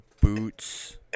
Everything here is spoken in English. boots